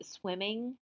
swimming